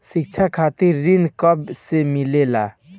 शिक्षा खातिर ऋण कब से मिलेला?